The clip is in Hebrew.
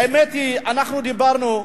האמת היא שאנחנו דיברנו,